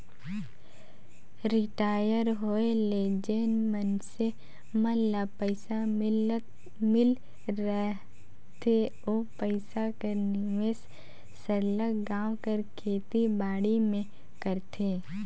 retire होए ले जेन मइनसे मन ल पइसा मिल रहथे ओ पइसा कर निवेस सरलग गाँव कर खेती बाड़ी में करथे